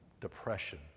Depression